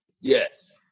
Yes